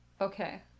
Okay